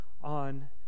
on